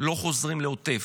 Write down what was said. לא חוזרים לעוטף.